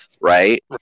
Right